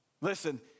Listen